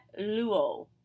luo